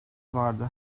vardı